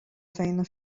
feina